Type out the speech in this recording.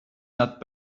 not